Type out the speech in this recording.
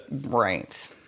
Right